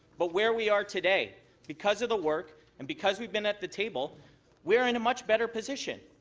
but where we are today because of the work and because we've been at the table we're in a much better position.